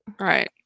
Right